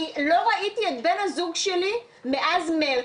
אני לא ראיתי את בן הזוג שלי מאז מרץ.